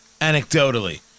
Anecdotally